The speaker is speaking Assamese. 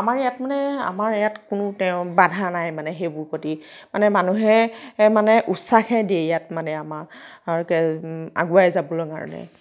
আমাৰ ইয়াত মানে আমাৰ ইয়াত কোনো তেও বাধা নাই মানে সেইবোৰ প্ৰতি মানে মানুহে মানে উৎসাহহে দিয়ে ইয়াত মানে আমাক আৰু আগুৱাই যাবলৈ কাৰণে